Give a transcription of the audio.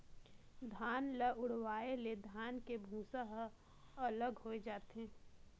धान ल उड़वाए ले धान के भूसा ह अलग होए जाथे